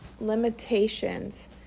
limitations